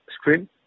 screen